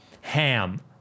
ham